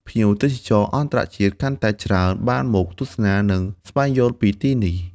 ភ្ញៀវទេសចរអន្តរជាតិកាន់តែច្រើនបានមកទស្សនា និងស្វែងយល់ពីទីនេះ។